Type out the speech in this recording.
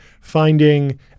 finding